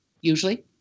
usually